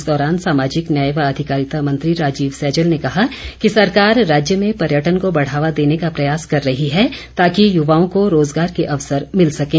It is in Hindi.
इस दौरान सामाजिक न्याय व अधिकारिता मंत्री राजीव सैजल ने कहा कि सरकार राज्य में पर्यटन को बढ़ावा देने का प्रयास कर रही है ताकि युवाओं को रोजगार के अवसर मिल सकें